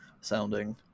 sounding